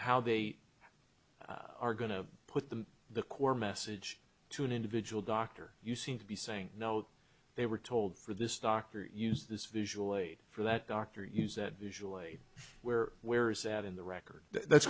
how they are are going to put the the core message to an individual doctor you seem to be saying no they were told for this doctor use this visual aid for that doctor use that visual aids where where is that in the record that's